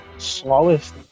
slowest